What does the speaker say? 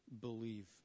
believe